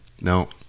No